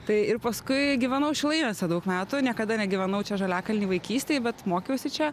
tai ir paskui gyvenau šilainiuose daug metų niekada negyvenau čia žaliakalny vaikystėj bet mokiausi čia